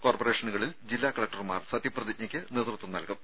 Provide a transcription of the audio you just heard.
കോർപ്പറേഷനുകളിൽ ജില്ലാ കലക്ടർമാർ സത്യപ്രതിജ്ഞയ്ക്ക് നേതൃത്വം നൽകും